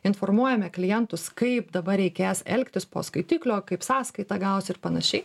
informuojame klientus kaip dabar reikės elgtis po skaitiklio kaip sąskaitą gaus ir panašiai